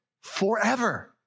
forever